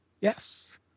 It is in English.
Yes